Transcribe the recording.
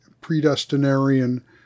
predestinarian